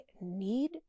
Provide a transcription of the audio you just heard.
need